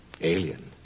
alien